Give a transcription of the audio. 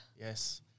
Yes